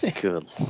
Good